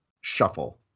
shuffle